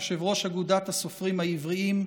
יושב-ראש אגודת הסופרים העבריים,